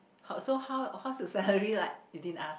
her how how's her salary like you didn't ask